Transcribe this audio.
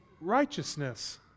righteousness